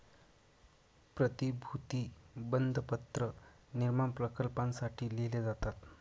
प्रतिभूती बंधपत्र निर्माण प्रकल्पांसाठी लिहिले जातात